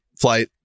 flight